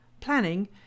planning